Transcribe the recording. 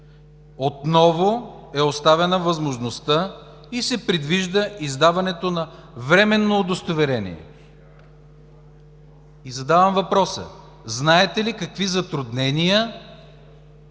Отново е оставена възможността и се предвижда издаването на временно удостоверение. И задавам въпроса: знаете ли какви затруднения